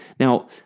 Now